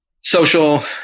social